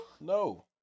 No